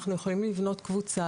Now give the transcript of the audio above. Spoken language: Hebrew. אנחנו יכולים לבנות קבוצה,